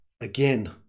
Again